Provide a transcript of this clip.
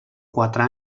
quatre